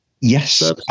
Yes